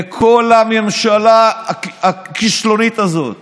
לכל הממשלה הכישלונית הזאת: